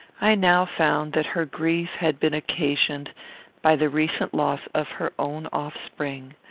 i now found that her grief had been occasioned by the recent loss of her own offspring.